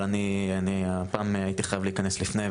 אבל הפעם הייתי חייב להיכנס לפני.